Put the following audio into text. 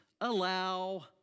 allow